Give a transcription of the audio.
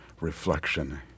reflection